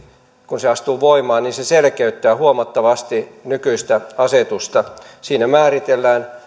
kun se astuu voimaan selkeyttää huomattavasti nykyistä asetusta siinä määritellään